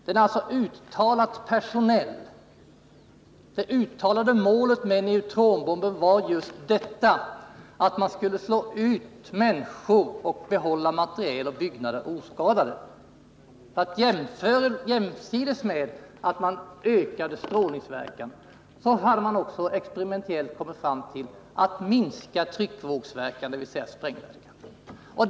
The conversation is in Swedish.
Den är alltså uttalat personell. Det redovisade målet för neutronbomben var just att man med den skulle slå ut människor och behålla materiel och byggnader oskadade. Jämsides med att man ökade strålningsverkan hade man också experimentellt kommit fram till en möjlighet att minska tryckvågen, dvs. sprängverkan.